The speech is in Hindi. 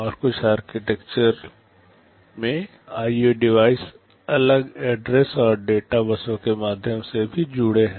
और कुछ आर्किटेक्चर में आईओ डिवाइस अलग एड्रेस और डेटा बसों के माध्यम से भी जुड़े हुए हैं